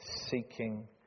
seeking